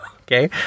Okay